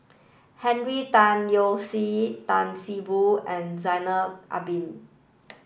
Henry Tan Yoke See Tan See Boo and Zainal Abidin